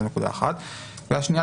הנקודה השנייה,